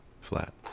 Flat